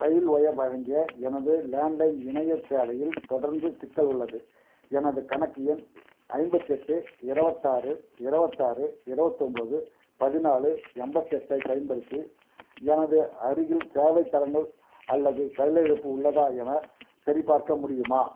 ரயில் wire வழங்கிய எனது landline இணையச் சேவையில் தொடர்ந்து சிக்கல் உள்ளது எனது கணக்கு எண் ஐம்பத்து எட்டு இருபத்தாறு இருபத்தாறு இருபத்து ஒம்போது பதினாலு எண்பத்து எட்டு ஐப் பயன்படுத்தி எனது அருகில் சேவைத் தடங்கல் அல்லது செயலிழப்பு உள்ளதா எனச் சரிபார்க்க முடியுமா